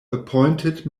appointed